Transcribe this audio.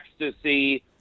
ecstasy